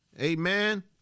Amen